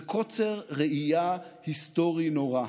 זה קוצר ראייה היסטורית נורא.